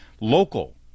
local